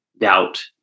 doubt